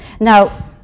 Now